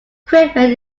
equipment